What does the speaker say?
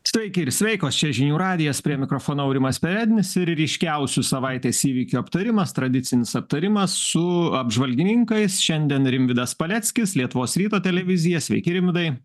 sveiki ir sveikos čia žinių radijas prie mikrofono aurimas perednis ir ryškiausių savaitės įvykių aptarimas tradicinis aptarimas su apžvalgininkais šiandien rimvydas paleckis lietuvos ryto televizija sveiki rimvydai